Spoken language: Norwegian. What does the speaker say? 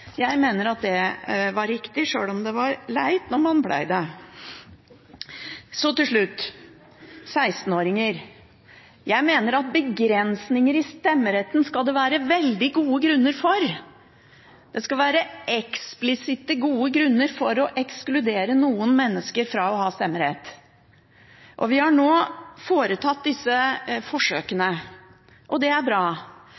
om 16-åringer. Jeg mener at det skal være veldig gode grunner for begrensninger i stemmeretten. Det skal være eksplisitt gode grunner for å ekskludere noen mennesker fra å ha stemmerett. Vi har nå foretatt disse forsøkene, og det er bra.